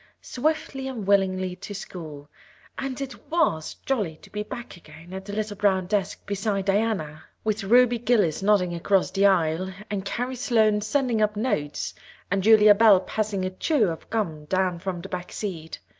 swiftly and willingly to school and it was jolly to be back again at the little brown desk beside diana, with ruby gillis nodding across the aisle and carrie sloane sending up notes and julia bell passing a chew of gum down from the back seat.